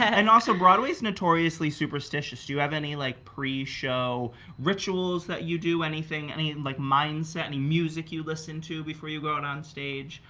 and also broadway's notoriously superstitious. do you have any like pre-show rituals that you do. anything, i mean like mindset, any music you listen to before you go it on stage?